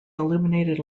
illuminated